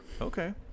Okay